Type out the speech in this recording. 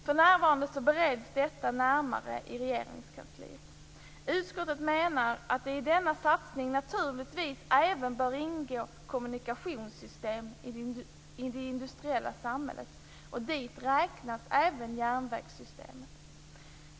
För närvarande bereds detta närmare i Regeringskansliet. Utskottet menar att det i denna satsning naturligtvis även bör ingå kommunikationssystem i det industriella samhället. Dit räknas även järnvägssystemet.